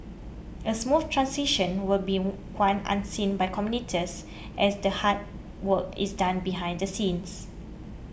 a smooth transition will one unseen by commuters as the hard work is done behind the scenes